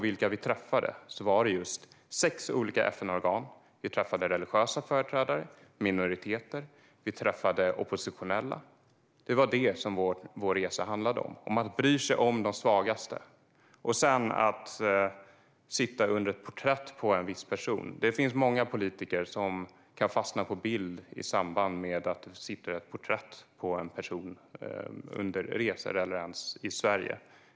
Vi träffade sex olika FN-organ, religiösa företrädare, minoriteter och oppositionella. Vår resa handlade om att bry sig om de svagaste. Vad beträffar att sitta under ett porträtt av en viss person finns det många politiker som kan fastna på sådana bilder på resa eller i Sverige.